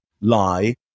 lie